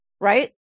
right